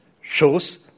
shows